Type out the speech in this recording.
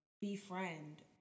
befriend